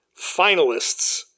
finalists